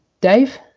Dave